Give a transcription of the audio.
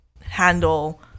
handle